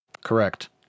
Correct